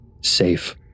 Safe